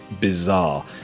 bizarre